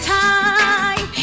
time